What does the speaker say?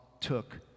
took